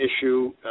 issue